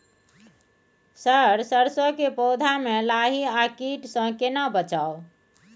Sir सरसो के पौधा में लाही आ कीट स केना बचाऊ?